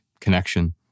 connection